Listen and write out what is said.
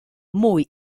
muy